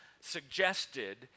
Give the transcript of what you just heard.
suggested